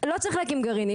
לא צריך להקים גרעינים,